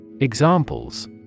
Examples